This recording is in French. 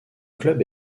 club